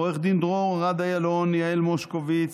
עו"ד דרור ארד-איילון, יעל מושקוביץ,